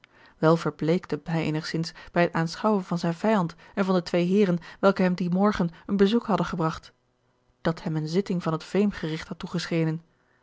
wel verbleekte hij eenigzins bij het aanschouwen van zijn vijand en van de twee heeren welke hem dien morgen een bezoek hadden gebragt dat hem eene zitting van het veemgerigt had toegeschenen